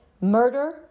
murder